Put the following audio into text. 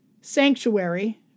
sanctuary